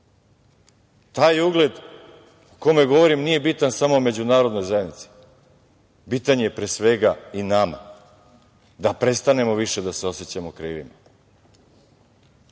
Taj ugled o kome govorim nije bitan samo Međunarodnoj zajednici, bitan je pre svega i nama da prestanemo da se osećamo krivim. Ja